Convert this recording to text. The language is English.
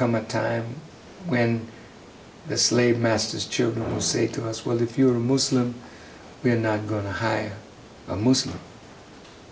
come a time when the slave masters children will say to us well if you're a muslim we're not going to hire a muslim